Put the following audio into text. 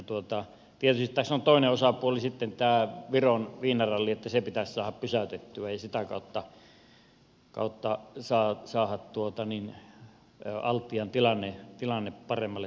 tietysti tässä on toinen osapuoli sitten tämä viron viinaralli se pitäisi saada pysäytettyä ja sitä kautta saada altian tilanne paremmalle tasolle